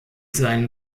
seinen